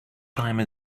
time